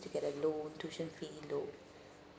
to get a loan tuition fee loan